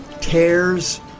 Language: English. tears